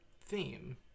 theme